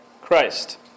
Christ